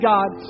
God